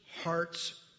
hearts